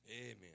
Amen